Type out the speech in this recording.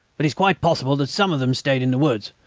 but it is quite possible that some of them stayed in the woods,